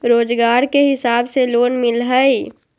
रोजगार के हिसाब से लोन मिलहई?